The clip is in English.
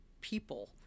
people